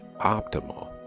optimal